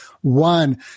One